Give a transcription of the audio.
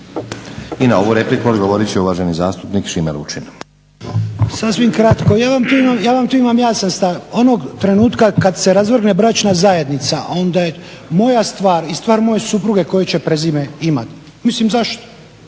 I na ovu repliku odgovorit će uvaženi zastupnik Šime Lučin.